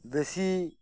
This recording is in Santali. ᱫᱮᱥᱤ